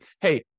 hey